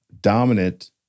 dominant